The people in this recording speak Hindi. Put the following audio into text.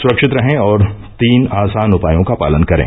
सुरक्षित रहें और तीन आसान उपायों का पालन करें